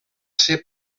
ser